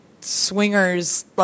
swingers